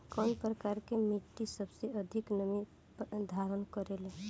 कउन प्रकार के मिट्टी सबसे अधिक नमी धारण करे ले?